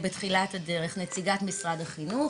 בתחילת הדרך התקשרה אליי נציגה ממשרד החינוך,